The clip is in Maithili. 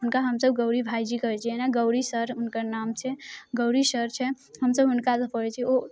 हुनका हमसभ गौरी भायजी कहै छियनि आओर गौरी सर हुनकर नाम छियनि गौरी सर छथि हमसभ हुनकासँ पढ़ै छियै ओ